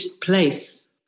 place